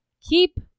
keep